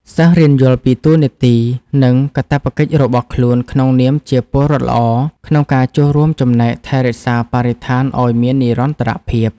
សិស្សរៀនយល់ពីតួនាទី និងកាតព្វកិច្ចរបស់ខ្លួនក្នុងនាមជាពលរដ្ឋល្អ ក្នុងការចូលរួមចំណែកថែរក្សាបរិស្ថានឱ្យមាននិរន្តរភាព។